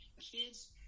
kids